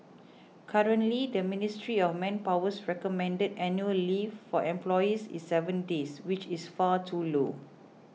currently the Ministry of Manpower's recommended annual leave for employees is seven days which is far too low